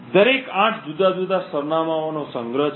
દરેક આઠ જુદા જુદા સરનામાંનો સંગ્રહ છે